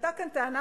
היתה כאן טענה,